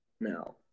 now